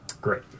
great